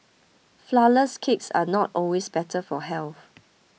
Flourless Cakes are not always better for health